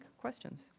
questions